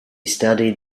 studied